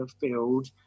field